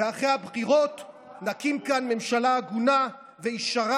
ואחרי הבחירות נקים כאן ממשלה הגונה וישרה,